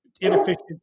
Inefficient